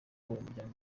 umuryango